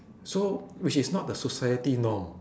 so which is not the society norm